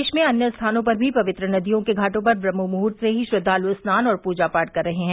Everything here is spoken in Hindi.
प्रदेश में अन्य स्थानों पर भी पवित्र नदियों के घाटो पर ब्रम्हमुहूर्त से ही श्रद्वालु स्नान और पूजा पाठ कर रहे हैं